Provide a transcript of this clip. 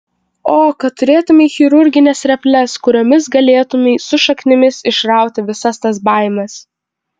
o kad turėtumei chirurgines reples kuriomis galėtumei su šaknimis išrauti visas tas baimes